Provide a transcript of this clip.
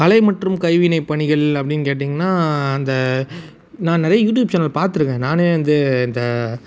கலை மற்றும் கைவினை பணிகள் அப்படின் கேட்டீங்கன்னா அந்த நான் நிறையா யூடியூப் சேனல் பார்த்துருக்கேன் நானே வந்து இந்த